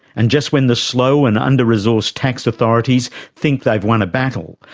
and just when the slow and under-resourced tax authorities think they've won a battle,